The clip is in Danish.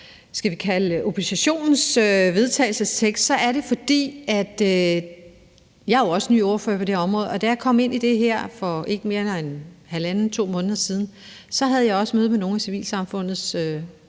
skal vi kalde det oppositionens vedtagelsestekst. Jeg er jo også ny ordfører på det her område, og da jeg kom ind i det her for ikke mere end 1½ eller 2 måneder siden, havde jeg også et møde med nogle af civilsamfundets